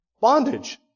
Bondage